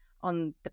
on